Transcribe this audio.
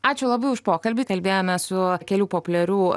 ačiū labai už pokalbį kalbėjome su kelių populiarių